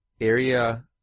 area